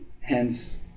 Hence